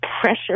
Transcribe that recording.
pressure